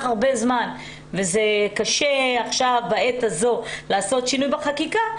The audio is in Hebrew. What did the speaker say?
הרבה זמן וזה קשה בעת הזו לעשות שינוי בחקיקה,